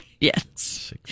Yes